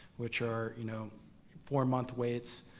which are you know four-month waits.